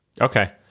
Okay